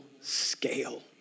scale